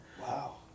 Wow